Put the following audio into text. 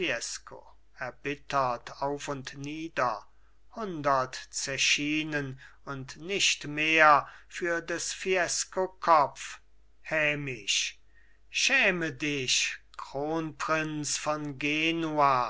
erbittert auf und nieder hundert zechinen und nicht mehr für des fiesco kopf hämisch schäme dich kronprinz von genua